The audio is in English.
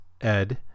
Ed